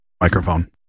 Microphone